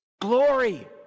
glory